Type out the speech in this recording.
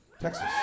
Texas